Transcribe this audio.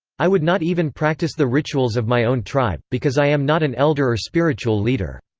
i would not even practice the rituals of my own tribe, because i am not an elder or spiritual leader.